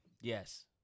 Yes